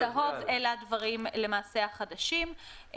הצהוב, אלה למעשה הדברים החדשים.